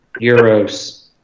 Euros